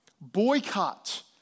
boycott